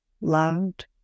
loved